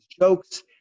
jokes